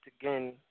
again